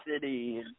city